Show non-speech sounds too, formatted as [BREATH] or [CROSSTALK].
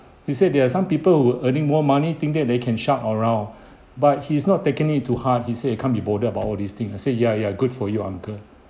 he said there are some people who are earning more money think that they can shout around [BREATH] but he's not taking it to heart he said he can't be bothered about all this thing I said ya ya good for you uncle